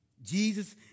Jesus